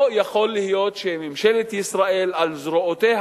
לא יכול להיות שממשלת ישראל, על זרועותיה